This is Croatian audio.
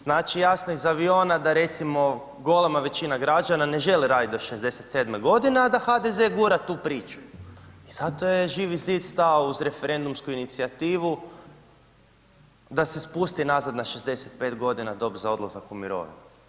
Znači, jasno je iz aviona da, recimo, golema većina građana ne želi raditi do 67.g., a da HDZ gura tu priču i zato je Živi Zid stao uz referendumsku inicijativu da se spusti nazad na 65.g. dob za odlazak u mirovinu.